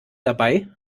dabei